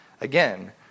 Again